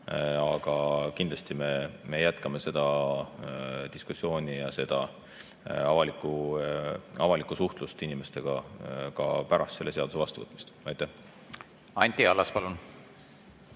Aga kindlasti me jätkame seda diskussiooni ja avalikku suhtlust inimestega ka pärast selle seaduse vastuvõtmist. Anti Allas, palun!